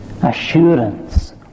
assurance